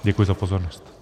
Děkuji za pozornost.